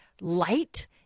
light